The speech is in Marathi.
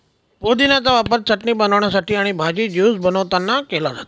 पुदिन्याचा वापर चटणी बनवण्यासाठी आणि भाजी, ज्यूस बनवतांना केला जातो